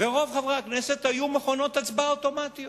ורוב חברי הכנסת היו מכונות הצבעה אוטומטיות.